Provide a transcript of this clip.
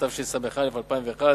התשס"א-2001,